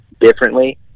differently